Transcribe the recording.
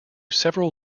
several